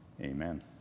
amen